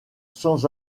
sans